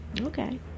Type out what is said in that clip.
Okay